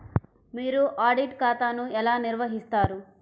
మీరు ఆడిట్ ఖాతాను ఎలా నిర్వహిస్తారు?